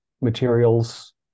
materials